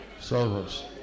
service